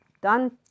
done